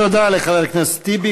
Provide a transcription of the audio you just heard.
תודה לחבר הכנסת טיבי.